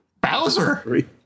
Bowser